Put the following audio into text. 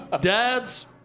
Dads